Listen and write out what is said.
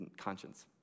conscience